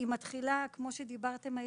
כמו שדיברתם היום,